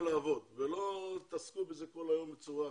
לעבוד ולא תתעסקו בזה כל היום בצורה אחרת.